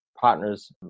partners